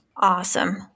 Awesome